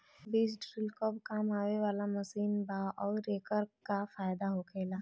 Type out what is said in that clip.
बीज ड्रील कब काम आवे वाला मशीन बा आऊर एकर का फायदा होखेला?